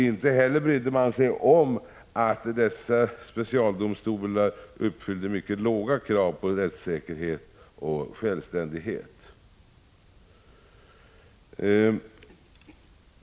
Inte heller brydde man sig om att dessa specialdomstolar uppfyllde mycket låga krav på rättssäkerhet och självständighet.